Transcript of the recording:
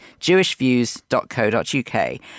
jewishviews.co.uk